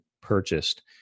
purchased